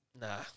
Nah